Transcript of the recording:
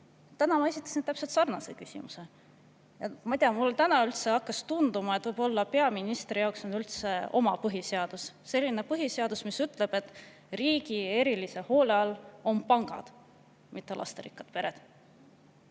Täna ma esitasin sarnase küsimuse. Ma ei tea, mulle hakkas täna üldse tunduma, et võib-olla peaministri jaoks on oma põhiseadus, selline põhiseadus, mis ütleb, et riigi erilise hoole all on pangad, mitte lasterikkad pered. On